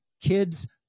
kids